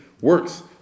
works